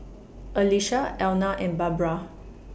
Alesha Elna and Barbra